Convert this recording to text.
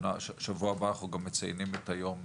שבוע הבא אנחנו מציינים את היום